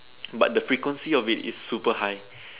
but the frequency of it is super high